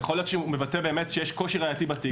יכול להיות שהוא מבטא באמת שיש קושי ראייתי בתיק.